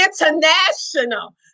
international